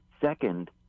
Second